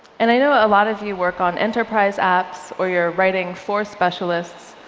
and i know a lot of you work on enterprise apps, or you're writing for specialists.